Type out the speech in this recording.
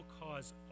cause